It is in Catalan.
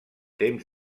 temps